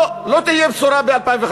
לא, לא תהיה בשורה ב-2015,